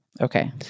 Okay